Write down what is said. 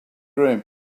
dream